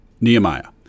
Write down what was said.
Nehemiah